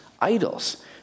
idols